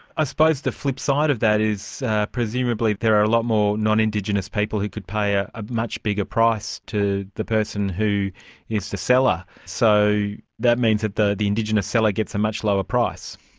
i suppose the flip side of that is presumably there are a lot more non-indigenous people who could pay ah a much bigger price to the person who is the seller. so that means that the the indigenous seller gets a much lower price.